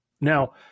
Now